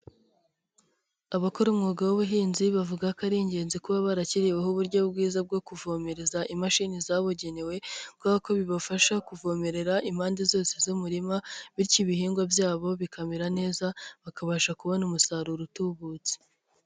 Abakora umwuga w'ubuhinzi bavuga ko ari ingenzi kuba barashyiriweho uburyo bwiza bwo kuvomereza imashini zabugenewe, kubera ko bibafasha kuvomerera impande zose z'umurima bityo ibihingwa byabo bikamera neza bakabasha kubona umusaruro utubutse.